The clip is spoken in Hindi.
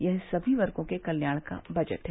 यह सभी वर्गो के कल्याण का बजट है